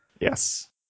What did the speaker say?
Yes